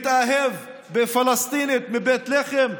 התאהב בפלסטינית מבית לחם.